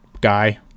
guy